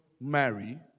marry